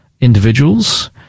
Individuals